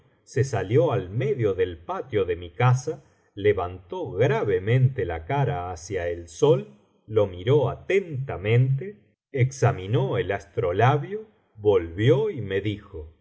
se salió al medio del patio de mi casa levantó gravetílente la cara hacia el sol lo miró atentamente biblioteca valenciana generalitat valenciana historia del jorobado examinó el astrolabio volvió y me dijo has